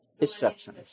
Instruction